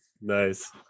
Nice